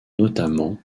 notamment